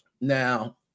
now